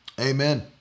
Amen